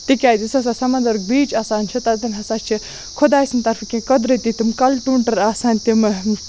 تکیاز یُس ہَسا سَمَنٛدَرُک بیٖچ آسان چھُ تَتٮ۪ن ہَسا چھُ خۄداے سٕنٛدۍ طَرفہٕ کینٛہہ قۄدرتی تِم کَل ٹوٗنٛٹر آسان تِم